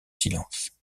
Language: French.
silence